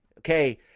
Okay